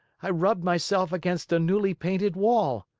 i rubbed myself against a newly painted wall,